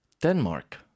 Denmark